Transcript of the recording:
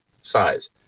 size